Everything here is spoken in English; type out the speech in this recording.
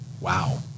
Wow